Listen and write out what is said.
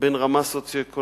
בין רמה סוציו-אקונומית